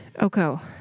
Oko